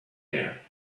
there